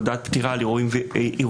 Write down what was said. הודעת פטירה על אירועים מיוחדים,